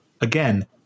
again